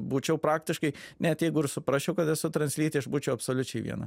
būčiau praktiškai net jeigu ir suprasčiau kad esu translytė aš būčiau absoliučiai viena